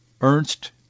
Ernst